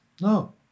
No